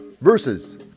versus